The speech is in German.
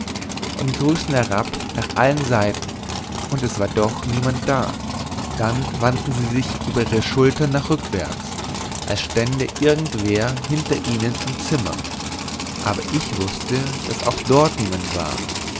und grüßten herab nach allen seiten und es war doch niemand da dann wandten sie sich über ihre schulter nach rückwärts als stände irgendwer hinter ihnen im zimmer aber ich wußte daß auch dort niemand war